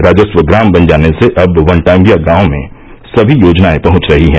राजस्व ग्राम बन जाने से अब वनटागियां गांव में समी योजनाए पहच रही है